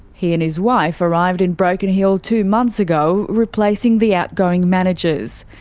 he and his wife arrived in broken hill two months ago, replacing the outgoing managers.